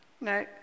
No